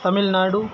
Tamil Nadu